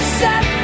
set